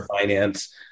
finance